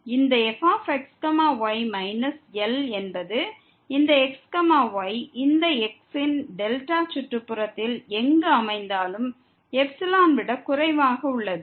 இந்த fx y minus L என்பது இந்த x y இந்த x இன் டெல்டா சுற்றுப்புறத்தில் எங்கு அமைந்தாலும் எப்சிலோன் விட குறைவாக உள்ளது